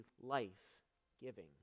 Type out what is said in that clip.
life-giving